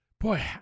boy